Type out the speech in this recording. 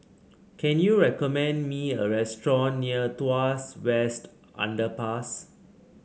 can you recommend me a restaurant near Tuas West Underpass